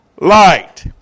light